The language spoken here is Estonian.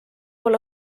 olla